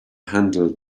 handle